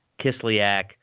Kislyak